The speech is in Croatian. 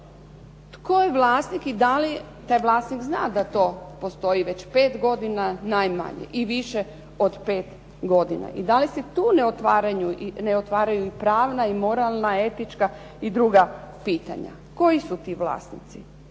Tko je vlasnik i da li taj vlasnik zna da to postoji već pet godina najmanje i više od pet godina i da li se i tu ne otvaraju i pravna i moralna, etička i druga pitanja. Koji su ti vlasnici?